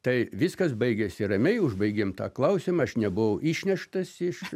tai viskas baigėsi ramiai užbaigėm tą klausimą aš nebuvau išneštas iš